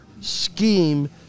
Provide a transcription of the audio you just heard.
scheme